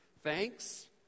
Thanks